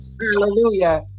Hallelujah